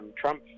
Trump